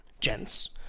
gents